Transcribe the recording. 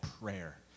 Prayer